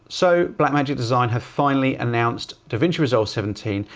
so blackmagic design have finally announced davinci resolve seventeen,